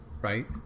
Right